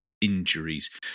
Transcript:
injuries